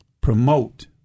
promote